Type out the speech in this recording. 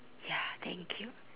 ya thank you